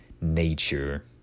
Nature